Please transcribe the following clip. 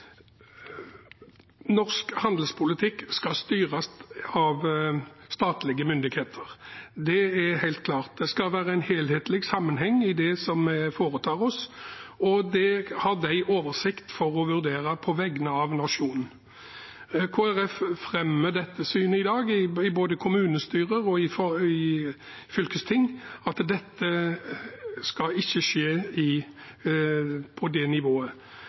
skal være en helhetlig sammenheng i det vi foretar oss, og det har de oversikt til å vurdere på vegne av nasjonen. Kristelig Folkeparti fremmer dette synet i dag, både i kommunestyrer og i fylkesting – de er ikke det nivået dette skal skje på. Det er vedtatt norsk utenrikspolitikk, det ligger i Grunnloven at det